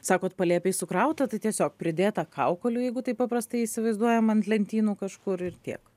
sakot palėpėj sukrauta tai tiesiog pridėta kaukolių jeigu taip paprastai įsivaizduojam ant lentynų kažkur ir tiek